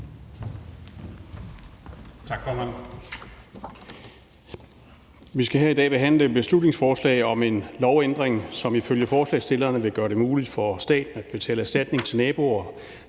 Vi skal her i dag behandle et beslutningsforslag om en lovændring, som ifølge forslagsstillerne vil gøre det muligt for staten at betale erstatning til naboer